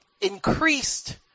increased